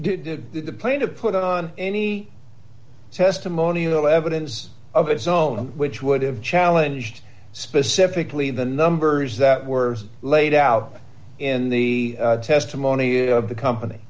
the plane to put on any testimonial evidence of its own which would have challenged specifically the numbers that were laid out in the testimony of the company